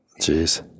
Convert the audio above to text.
Jeez